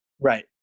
Right